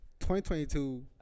2022